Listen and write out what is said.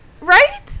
Right